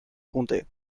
comté